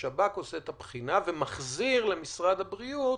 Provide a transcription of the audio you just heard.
השב"כ עושה את הבחינה ומחזיר למשרד הבריאות